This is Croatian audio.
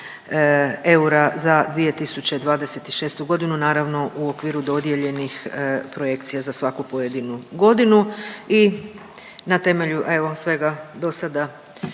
eura za 2026. godinu naravno u okviru dodijeljenih projekcija za svaku pojedinu godinu i na temelju evo svega do sada